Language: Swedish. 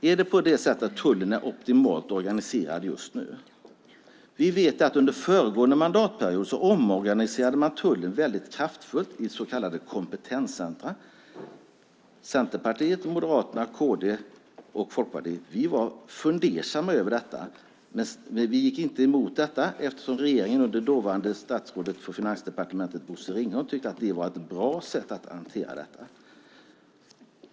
Är tullen optimalt organiserad just nu? Vi vet att tullen under föregående mandatperiod omorganiserades kraftigt i så kallade kompetenscentrum. Centerpartiet, Moderaterna, Kristdemokraterna och Folkpartiet var fundersamma över det, men vi gick inte emot förslaget eftersom regeringen och det dåvarande statsrådet på Finansdepartementet Bosse Ringholm tyckte att det var ett bra sätt att hantera frågan.